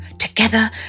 Together